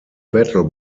battle